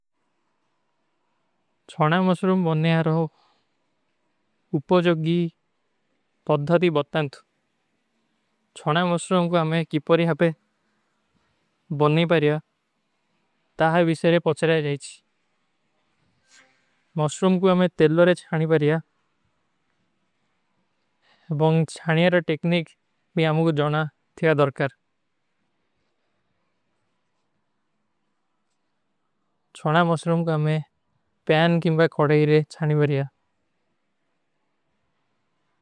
ଛଣା ମସ୍ରୁମ ବନନେ ଆରହୋ ଉପଜଗୀ ପଦ୍ଧଧୀ ବତ୍ତାନ୍ତୁ। ଛଣା ମସ୍ରୁମ କୋ ହମେଂ କିପରୀ ହାପେ ବନନୀ ପରିଯା। ତାହେ ଵିଶେରେ ପଚରାଯ ଜାଈଚୀ। ମସ୍ରୁମ କୋ ହମେଂ ତେଲ୍ଲୋରେ ଚ୍ଛାନୀ ପରିଯା। ବଂଗ ଚ୍ଛାନିଯାର ଟେକନିକ ଭୀ ହମେଂ ଜାନା ଥିଯା ଦର୍କର। ଛଣା ମସ୍ରୁମ କୋ ହମେଂ ପୈନ କିମବାଈ କୋଡେ ହୀରେ ଚ୍ଛାନୀ ପରିଯା।